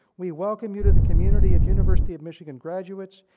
we welcome you to the community of university of michigan graduates,